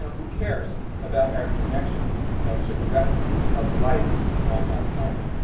who cares about our connection to the rest of life on our planet?